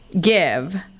give